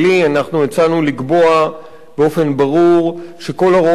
אנחנו הצענו לקבוע באופן ברור שכל הוראות הפרק